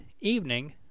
evening